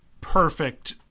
perfect